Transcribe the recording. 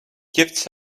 gifts